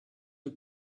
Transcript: you